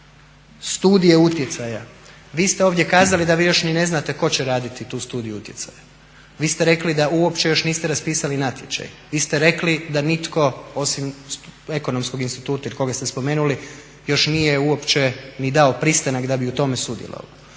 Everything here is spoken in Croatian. studije utjecaja. Vi ste ovdje kazali da vi još ni ne znate tko će raditi tu studiju utjecaja. Vi ste rekli da uopće još niste raspisali natječaj. Vi ste rekli da nitko osim Ekonomskog instituta ili kog ste spomenuli još nije uopće ni dao pristanak da bi u tome sudjelovao.